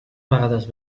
vegades